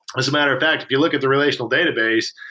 as a matter of fact, if you look at the relational database,